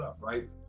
right